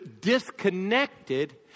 disconnected